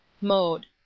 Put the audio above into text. Mode